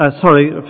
sorry